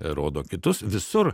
rodo kitus visur